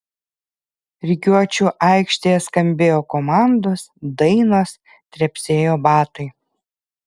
rikiuočių aikštėje skambėjo komandos dainos trepsėjo batai